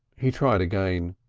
he tried again.